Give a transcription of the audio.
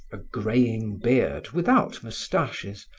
a greying beard without moustaches,